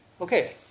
Okay